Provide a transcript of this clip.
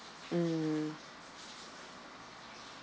mm